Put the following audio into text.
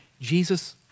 Jesus